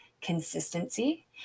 consistency